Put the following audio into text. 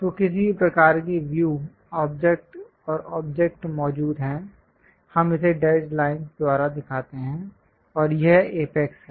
तो किसी भी प्रकार की व्यू ऑब्जेक्ट और ऑब्जेक्ट मौजूद है हम इसे डैशड् लाइनस् द्वारा दिखाते हैं और यह अपेक्स है